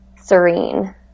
serene